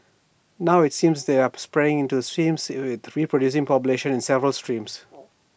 now IT seems that they are spreading into streams with reproducing populations in several streams